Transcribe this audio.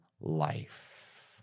life